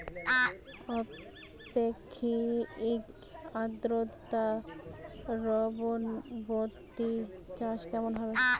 আপেক্ষিক আদ্রতা বরবটি চাষ কেমন হবে?